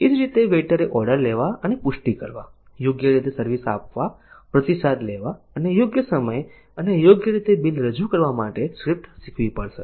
એ જ રીતે વેઈટરે ઓર્ડર લેવા અને પુષ્ટિ કરવા યોગ્ય રીતે સર્વિસ આપવા પ્રતિસાદ લેવા અને યોગ્ય સમયે અને યોગ્ય રીતે બિલ રજૂ કરવા માટે સ્ક્રિપ્ટ શીખવી પડશે